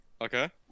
Okay